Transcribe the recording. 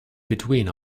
between